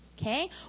Okay